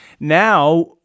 Now